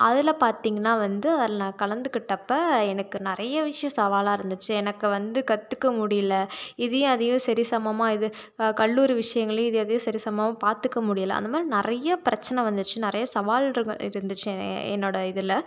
அதில் பார்த்திங்கன்னா வந்து அதில் நான் கலந்துக்கிட்டப்போ எனக்கு நிறைய விஷயோம் சவாலாக இருந்துச்சு எனக்கு வந்து கற்றுக்க முடியிலை இதையும் அதையும் சரி சமம்மாக இது கல்லூரி விஷயங்கள்லியும் இதையும் அதையும் சரி சமம்மாக பார்த்துக்க முடியிலை அந்த மாதிரி நிறைய பிரச்சனை வந்துடுச்சு நிறைய சவால்கள் இருந்துச்சு என்னோடய இதில்